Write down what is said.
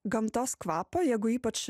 gamtos kvapą jeigu ypač